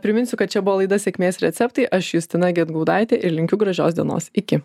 priminsiu kad čia buvo laida sėkmės receptai aš justina gedgaudaitė ir linkiu gražios dienos iki